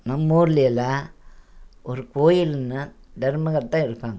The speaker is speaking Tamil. நம்ம ஊரிலேலாம் ஒரு கோயில்னால் தர்மகர்தா இருப்பாங்க